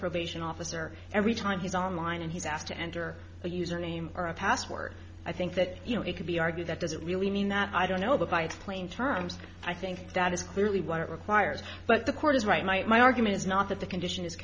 probation officer every time he's online and he's asked to enter a username or a password i think that you know it could be argued that doesn't really mean that i don't know that i explained terms i think that is clearly what it requires but the court is right my argument is not that the condition is